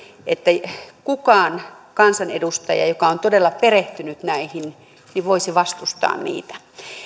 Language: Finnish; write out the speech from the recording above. että kukaan kansanedustaja joka on todella perehtynyt näihin voisi vastustaa niitä